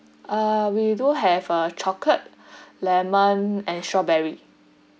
uh we do have uh chocolate lemon and strawberry